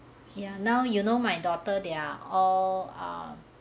ya now you know my daughter they are all ah